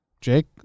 Jake